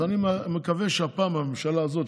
אז אני מקווה שהפעם הממשלה הזאת,